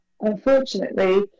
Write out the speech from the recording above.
unfortunately